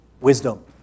wisdom